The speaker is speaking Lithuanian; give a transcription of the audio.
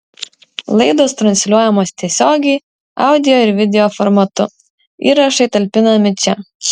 laidos transliuojamos tiesiogiai audio ir video formatu įrašai talpinami čia